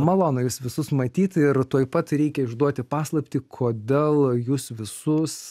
malonu jus visus matyt ir tuoj pat reikia išduoti paslaptį kodėl jus visus